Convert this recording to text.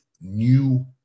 new